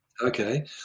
Okay